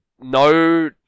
no